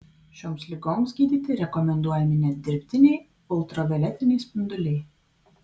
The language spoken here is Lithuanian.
šioms ligoms gydyti rekomenduojami net dirbtiniai ultravioletiniai spinduliai